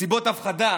מסיבות הפחדה